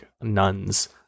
nuns